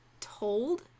told